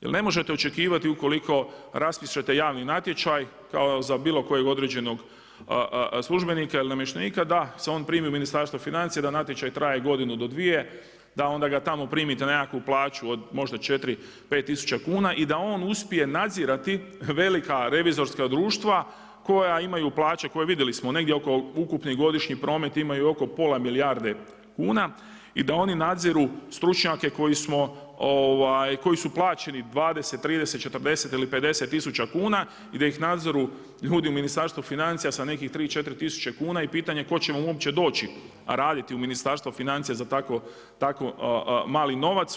Jer ne možete očekivati ukoliko raspišete javni natječaj kao za bilo kojeg određenog službenika ili namještenika da se on primi u Ministarstvo financija, da natječaj traje godinu do dvije, da onda ga tamo primite na nekakvu plaću od možda 4, 5 tisuća kuna i da on uspije nadzirati velika revizorska društva koja imaju plaće, koje vidjeli smo, negdje oko ukupni godišnji promet imaju oko pola milijarde kuna i da oni nadziru stručnjake koji smo, koji su plaćeni 20, 30, 40 ili 50 tisuća kuna i da ih nadziru ljudi u Ministarstvu financija sa nekih 3, 4 tisuće kuna i pitanje tko će vam uopće doći raditi u Ministarstvo financija za tako mali novac.